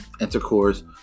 intercourse